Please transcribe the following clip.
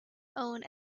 own